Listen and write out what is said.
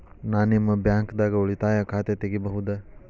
ನಾ ನಿಮ್ಮ ಬ್ಯಾಂಕ್ ದಾಗ ಉಳಿತಾಯ ಖಾತೆ ತೆಗಿಬಹುದ?